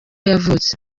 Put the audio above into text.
yavutse